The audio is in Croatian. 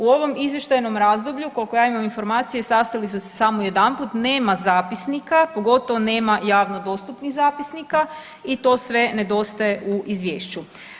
U ovom izvještajnom razdoblju koliko ja imam informacije sastali su se samo jedanput, nema zapisnika, pogotovo nema javno dostupnih zapisnika i to sve nedostaje u izvješću.